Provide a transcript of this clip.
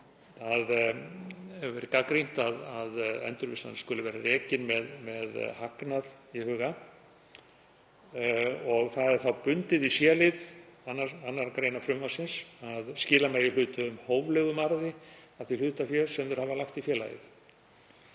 Það hefur verið gagnrýnt að Endurvinnslan skuli vera rekin með hagnað í huga. Það er þá bundið í c-lið 2. gr. frumvarpsins að skila megi hluthöfum hóflegum arði af því hlutafé sem þeir hafi lagt í félagið.